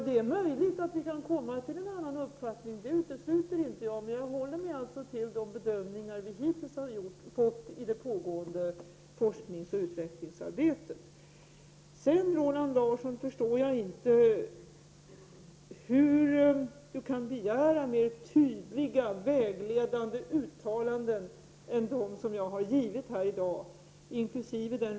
Det är möjligt att vi kan komma till en annan uppfattning — det utesluter jag inte — men jag håller mig alltså till de bedömningar som hittills har gjorts i det pågående forskningsoch utvecklingsarbetet. Jag förstår inte hur Roland Larsson kan begära mer tydliga och vägledande uttalanden än dem som jag har givit här i dag inkl.